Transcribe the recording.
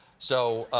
so.